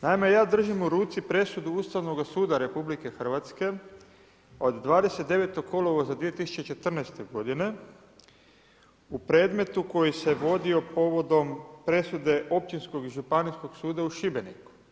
Naime, ja držim u ruci presudu Ustavnoga suda RH od 29. kolovoza 2014. godine u predmetu koji se vodio povodom presude Općinskog i Županijskog suda u Šibeniku.